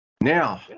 Now